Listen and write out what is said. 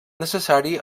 necessari